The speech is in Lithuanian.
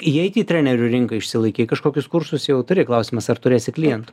įeit į trenerių rinką išsilaikei kažkokius kursus jau turi klausimas ar turėsi klientų